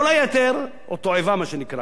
כל היתר, או תועבה, מה שנקרא.